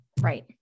right